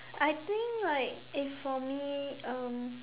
I think like if for me um